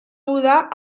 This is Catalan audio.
mudar